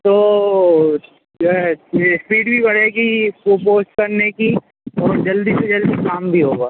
तो जो है ये इस्पीड भी बढ़ेगी वो पोस्ट करने की और जल्दी से जल्दी काम भी होगा